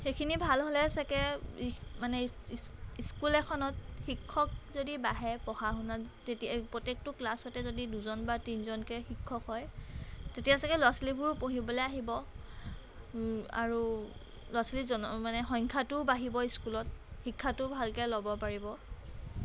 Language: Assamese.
সেইখিনি ভাল হ'লে চাগে মানে স্কুল এখনত শিক্ষক যদি বাঢ়ে পঢ়া শুনাত তেতিয়া এই প্ৰত্য়েকটো ক্লাছতে যদি দুজন বা তিনিজনকৈ শিক্ষক হয় তেতিয়া চাগে ল'ৰা ছোৱালীবোৰো পঢ়িবলৈ আহিব আৰু ল'ৰা ছোৱালী জন মানে সংখ্য়াটোও বাঢ়িব স্কুলত শিক্ষাটো ভালকৈ ল'ব পাৰিব